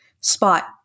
spot